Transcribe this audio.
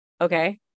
Okay